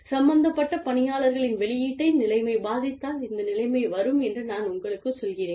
சம்பந்தப்பட்ட பணியாளர்களின் வெளியீட்டை நிலைமை பாதித்தால் இந்த நிலைமை வரும் என்று நான் உங்களுக்குச் சொல்கிறேன்